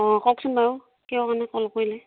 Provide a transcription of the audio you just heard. অ কওকচোন বাৰু কিহৰ কাৰণে ফোন কৰিলে